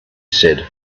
said